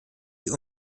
die